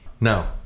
no